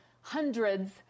hundreds